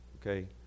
okay